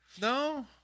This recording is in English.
No